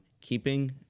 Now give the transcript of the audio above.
keeping